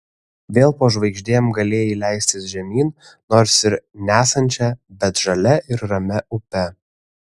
vėl po žvaigždėm galėjai leistis žemyn nors ir nesančia bet žalia ir ramia upe